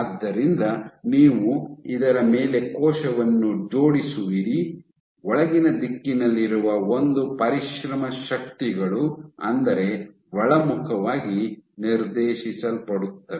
ಆದ್ದರಿಂದ ನೀವು ಇದರ ಮೇಲೆ ಕೋಶವನ್ನು ಜೋಡಿಸುವಿರಿ ಒಳಗಿನ ದಿಕ್ಕಿನಲ್ಲಿರುವ ಒಂದು ಪರಿಶ್ರಮ ಶಕ್ತಿಗಳು ಅಂದರೆ ಒಳಮುಖವಾಗಿ ನಿರ್ದೇಶಿಸಲ್ಪಡುತ್ತವೆ